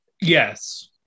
Yes